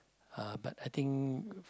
uh but I think